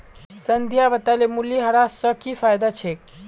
संध्या बताले मूल्यह्रास स की फायदा छेक